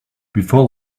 before